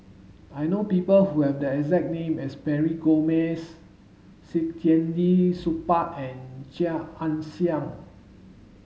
I know people who have the exact name as Mary Gomes Saktiandi Supaat and Chia Ann Siang